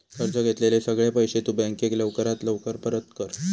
कर्ज घेतलेले सगळे पैशे तु बँकेक लवकरात लवकर परत कर